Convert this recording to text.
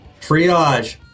triage